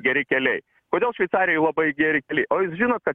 geri keliai kodėl šveicarijoj labai geri keliai o jūs žinot kad